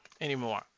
anymore